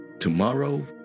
Tomorrow